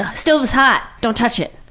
and stove is hot! don't touch it.